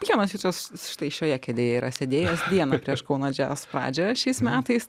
kiemas visas štai šioje kėdėje yra sėdėjo viena prieš kauno jazz pradžią šiais metais